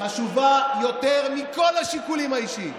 חשובים יותר מכל השיקולים האישיים.